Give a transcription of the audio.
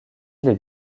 les